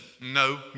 no